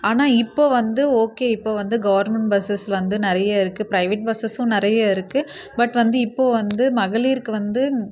ஆனால் இப்போது வந்து ஓகே இப்போது வந்து கவர்மெண்ட் பஸ்ஸஸ் வந்து நிறைய இருக்குது ப்ரைவேட் பஸ்ஸெஸ்ஸும் நிறைய இருக்குது பட் வந்து இப்போது வந்து மகளிருக்கு வந்து